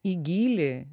į gylį